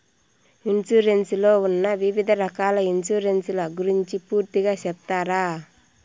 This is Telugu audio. ఇన్సూరెన్సు లో ఉన్న వివిధ రకాల ఇన్సూరెన్సు ల గురించి పూర్తిగా సెప్తారా?